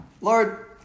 Lord